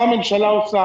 מה הממשלה עושה.